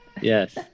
Yes